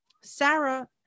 Sarah